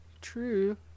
true